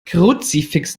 kruzifix